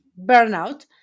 burnout